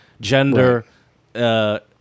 Gender